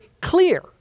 clear